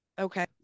Okay